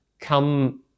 come